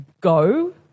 Go